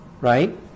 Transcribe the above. right